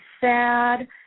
sad